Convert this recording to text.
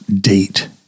date